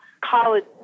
college